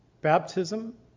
baptism